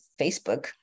Facebook